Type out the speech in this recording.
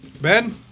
Ben